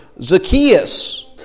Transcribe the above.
Zacchaeus